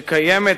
שקיימת,